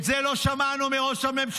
את זה לא שמענו אף פעם מראש הממשלה.